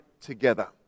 together